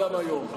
גם היום.